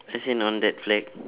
as in on that flag